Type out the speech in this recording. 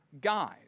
guys